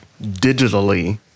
digitally